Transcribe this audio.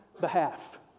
behalf